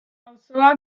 auzoak